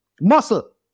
muscle